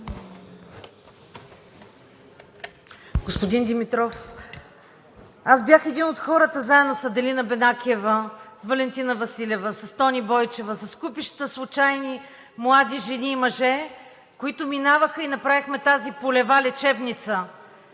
Господин Димитров, аз бях един от хората, заедно с Аделина Бенакиева, с Валентина Василева, с Тони Бойчева, с купища случайни млади жени и мъже, които минаваха, и направихме тази полева лечебница.